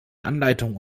anleitung